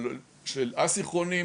אבל של אסינכרוני,